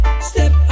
step